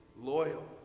loyal